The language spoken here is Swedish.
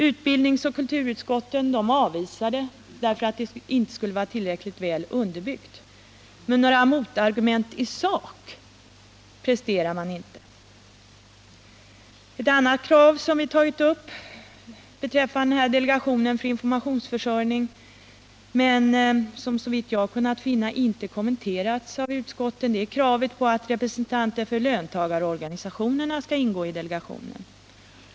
Utbildningsoch kulturutskotten avvisar det, därför att det inte skulle vara tillräckligt väl underbyggt. Men några motargument i sak presenterar man inte. Ytterligare ett krav som vi tagit upp beträffande delegationen för informationsförsörjning men som såvitt jag kunnat finna inte kommenterats av utskotten är kravet på att representanter för löntagarorganisationerna skall ingå i delegationen.